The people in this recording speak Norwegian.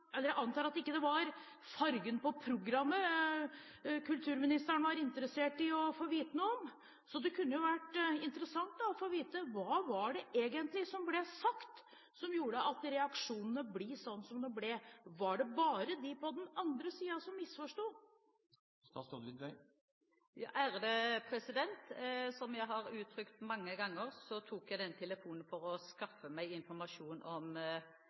ikke var fargen på programmet kulturministeren var interessert i å få vite noe om, så det kunne vært interessant å få vite hva det egentlig var som ble sagt som gjorde at reaksjonene ble sånn som de ble. Var det bare de på den andre siden som misforsto? Som jeg har uttrykt mange ganger, tok jeg den telefonen for å skaffe meg informasjon om